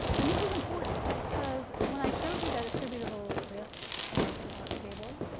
and this was important because when i showed you that attributable risk table,